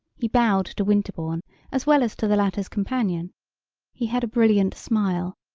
he bowed to winterbourne as well as to the latter's companion he had a brilliant smile,